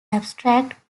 abstract